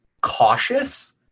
cautious